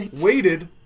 waited